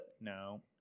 no